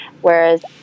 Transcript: whereas